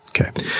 Okay